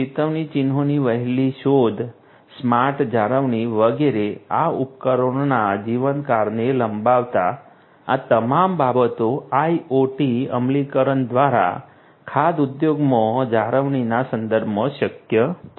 ચેતવણી ચિહ્નોની વહેલી શોધ સ્માર્ટ જાળવણી વગેરે આ ઉપકરણોના જીવનકાળને લંબાવતા આ તમામ બાબતો IoT અમલીકરણ દ્વારા ખાદ્ય ઉદ્યોગમાં જાળવણીના સંદર્ભમાં શક્ય છે